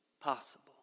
possible